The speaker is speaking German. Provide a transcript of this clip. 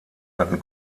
hatten